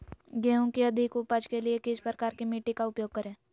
गेंहू की अधिक उपज के लिए किस प्रकार की मिट्टी का उपयोग करे?